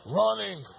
running